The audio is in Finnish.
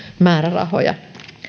määrärahoja